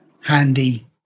handy